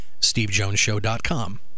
stevejonesshow.com